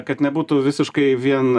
kad nebūtų visiškai vien